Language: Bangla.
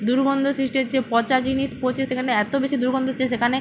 দুর্গন্ধ সৃষ্টি হচ্ছে পচা জিনিস পচে সেখানে এত বেশি দুর্গন্ধ হচ্ছে সেখানে